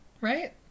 Right